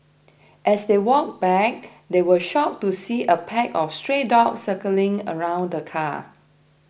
as they walked back they were shocked to see a pack of stray dogs circling around the car